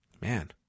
Man